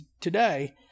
today